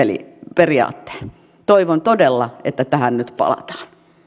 periaatteen toivon todella että tähän nyt palataan